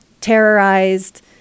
terrorized